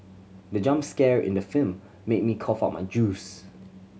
the jump scare in the film made me cough out my juice